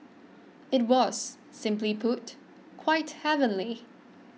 it was simply put quite heavenly